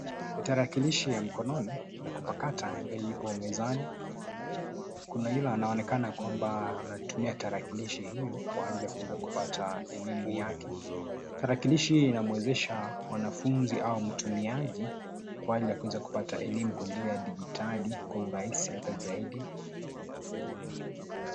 Tarakilishi ya mkononi, ya kupakata ambayo ipo mezani, kuna yule anaonekana kwamba anatumia tarakilishi hio kwa ajili ya kuweza kupata elimu yake, tarakilishi hii inamwezesha mwanafunzi au mtumiaji, kwa ajili ya kuweza kupata elimu kwa njia ya dijitali kwa urahisi hata zaidi.